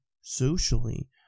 socially